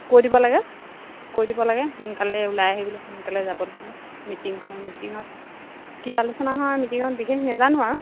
কৈ দিব লাগে কৈ দিব লাগে সোনকালে ওলাই আহিবলৈ সোনকালে যাব লাগিব মিটিংখনৰ মিটিঙত কি আলোচনা হয় মিটিঙত বিশেষ নাজানো আৰু